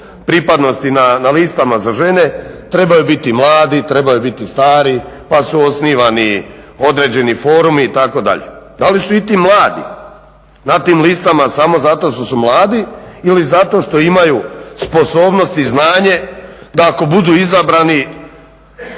pripadnosti na listama za žene trebaju biti mladi, trebaju biti stari pa su osnivani određeni forumi itd. Da li su i ti mladi na tim listama samo zato što su mladi ili zato što imaju sposobnost i znanje da ako budu izabrani